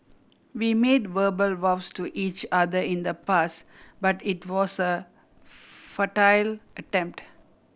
we made verbal vows to each other in the past but it was a futile attempt